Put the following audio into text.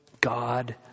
God